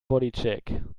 bodycheck